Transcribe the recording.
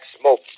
smoke